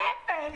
אפס.